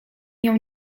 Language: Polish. nią